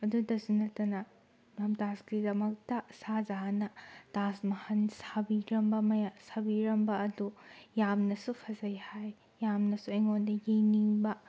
ꯑꯗꯨꯗꯁꯨ ꯅꯠꯇꯅ ꯃꯝꯇꯥꯖꯀꯤꯗꯃꯛꯇ ꯁꯍꯥ ꯖꯍꯥꯟꯅ ꯇꯥꯖ ꯃꯍꯜ ꯁꯥꯕꯤꯔꯝꯕ ꯁꯥꯕꯤꯔꯝꯕ ꯑꯗꯨ ꯌꯥꯝꯅꯁꯨ ꯐꯖꯩ ꯍꯥꯏ ꯌꯥꯝꯅꯁꯨ ꯑꯩꯉꯣꯟꯗ ꯌꯦꯡꯅꯤꯡꯕ